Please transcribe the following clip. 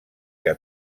que